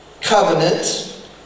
covenant